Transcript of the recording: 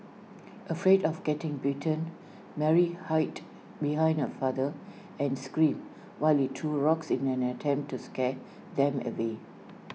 afraid of getting bitten Mary hid behind her father and screamed while he threw rocks in an attempt to scare them away